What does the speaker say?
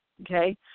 Okay